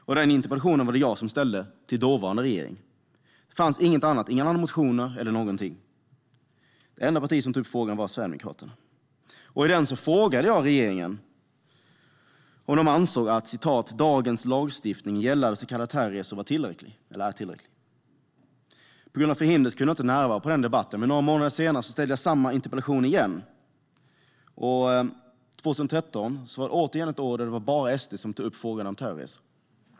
Det var jag som ställde den interpellationen till dåvarande regering. Det fanns inget annat, inga motioner eller någonting. Det enda parti som tog upp frågan var Sverigedemokraterna. Jag frågade då om regeringen ansåg att "dagens lagstiftning gällande så kallade terrorresor är tillräcklig". På grund av förhinder kunde jag inte närvara vid den debatten. År 2013 ställde jag samma interpellation igen. Även detta år var det bara SD som tog upp frågan om terrorresor.